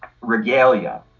regalia